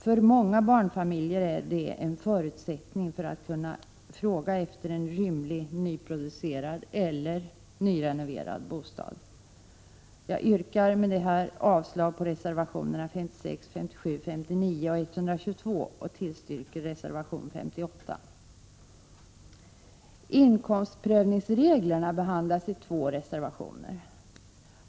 För många barnfamiljer är detta en förutsättning för att kunna efterfråga en rymlig nyproducerad eller nyrenoverad bostad. Jag yrkar avslag på reservationerna 56, 57, 59 och 122 och tillstyrker reservation 58. Inkomstprövningsreglerna behandlas i två reservationer.